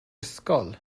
ysgol